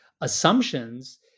assumptions